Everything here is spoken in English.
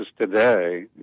today